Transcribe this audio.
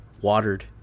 watered